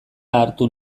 hartu